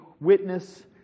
witness